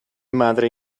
madre